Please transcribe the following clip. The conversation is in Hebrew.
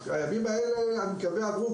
אני מקווה שהימים האלה עברו,